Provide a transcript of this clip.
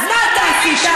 אז מה אתה עשית?